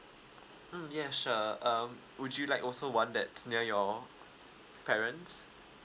mm ya sure um would you like also one that's near your parents